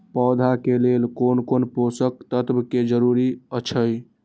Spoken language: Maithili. पौधा के लेल कोन कोन पोषक तत्व के जरूरत अइछ?